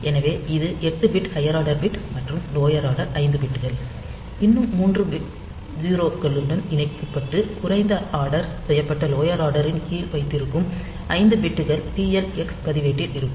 எனவே இது 8 bit higher order bit மற்றும் லோயர் ஆர்டர் 5 பிட்கள் இன்னும் மூன்று 0 க்களுடன் இணைக்கப்பட்டு குறைந்த ஆர்டர் செய்யப்பட்ட லோயர் ஆர்டரின் கீழ் வைத்திருக்கும் 5 பிட்கள் டிஎல் எக்ஸ் பதிவேட்டில் இருக்கும்